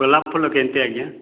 ଗୋଲାପ ଫୁଲ କେମିତି ଆଜ୍ଞା